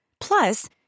Plus